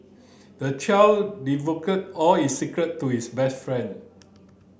the child all his secret to his best friend